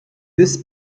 this